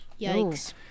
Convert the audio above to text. Yikes